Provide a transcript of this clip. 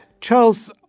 Charles